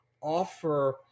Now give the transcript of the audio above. offer